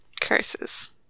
Curses